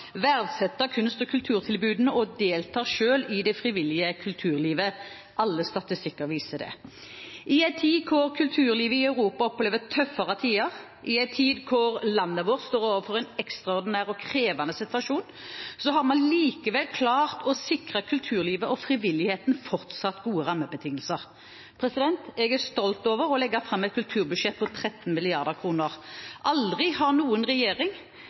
kulturtilbudene og deltar selv i det frivillige kulturlivet. Alle statistikker viser det. I en tid da kulturlivet i Europa opplever tøffere tider, i en tid da landet vårt står overfor en ekstraordinær og krevende situasjon, har vi allikevel klart å sikre kulturlivet og frivilligheten fortsatt gode rammebetingelser. Jeg er stolt over å legge fram et kulturbudsjett på 13 mrd. kr. Aldri har noen regjering